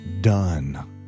done